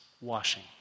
washing